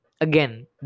again